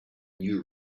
new